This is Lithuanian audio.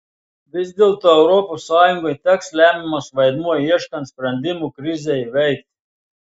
vis dėlto europos sąjungai teks lemiamas vaidmuo ieškant sprendimų krizei įveikti